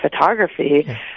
photography